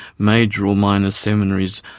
major or minor seminaries,